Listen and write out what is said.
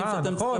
נכון.